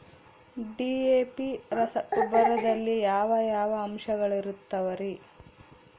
DAP ರಸಗೊಬ್ಬರದಲ್ಲಿ ಯಾವ ಯಾವ ಅಂಶಗಳಿರುತ್ತವರಿ?